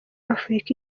afurika